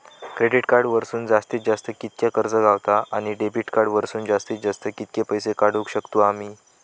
Credit card वरसून जास्तीत जास्त कितक्या कर्ज गावता, आणि डेबिट कार्ड वरसून जास्तीत जास्त कितके पैसे काढुक शकतू आम्ही?